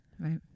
Right